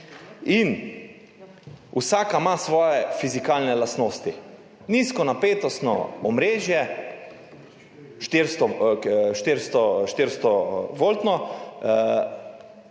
Vsaka ima svoje fizikalne lastnosti. Nizkonapetostno omrežje, 400-voltno,